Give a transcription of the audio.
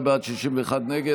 48 בעד, 61 נגד.